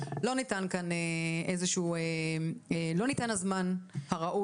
לא ניתן כאן איזה שהוא או לא ניתן הזמן הראוי